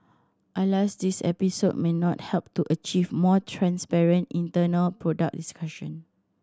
alas this episode may not help to achieve more transparent internal product discussion